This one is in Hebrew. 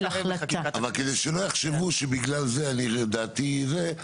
כדי שלא יחשבו שבגלל זה דעתי היא כזו,